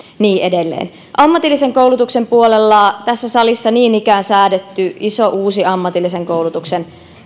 niin edelleen ammatillisen koulutuksen puolella tässä salissa on niin ikään säädetty iso uusi ammatillisen koulutuksen